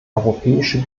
europäische